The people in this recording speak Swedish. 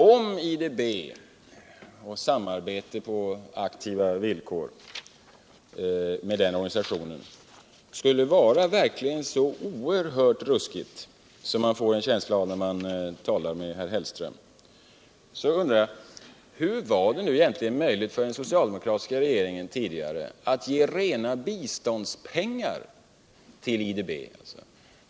Om IDB och eu samarbete på aktivare villkor med den organisationen verkligen skulle vara så ocrhört ruskigt som man får en känsla av att det skulle vara när man talar med herr Hellström, så undrar jag: Hur var det egentligen möjligt för den socialdemokratiska regeringen tidigare att ge rena biståndspengar till IDB?